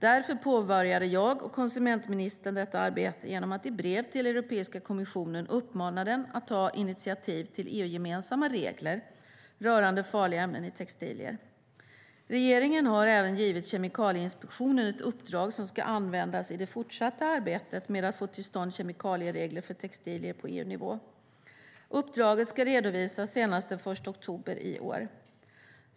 Därför påbörjade jag och konsumentministern detta arbete genom att i brev till Europeiska kommissionen uppmana den att ta initiativ till EU-gemensamma regler rörande farliga ämnen i textilier. Regeringen har även givit Kemikalieinspektionen ett uppdrag som ska användas i det fortsatta arbetet med att få till stånd kemikalieregler för textilier på EU-nivå. Uppdraget ska redovisas senast den 1 oktober i år.